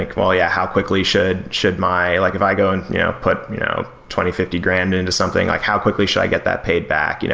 like well yeah, how quickly should should my like if i go and yeah put you know twenty, fifty grand into something, like how quickly should i get that paid back? you know